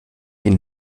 sind